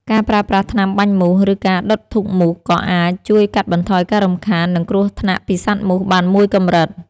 ការប្រើប្រាស់ថ្នាំបាញ់មូស ឬការដុតធូបមូសក៏អាចជួយកាត់បន្ថយការរំខាន និងគ្រោះថ្នាក់ពីសត្វមូសបានមួយកម្រិត។